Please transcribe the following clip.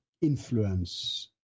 influence